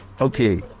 Okay